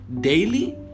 daily